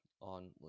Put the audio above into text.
on